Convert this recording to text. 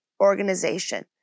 organization